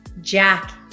Jack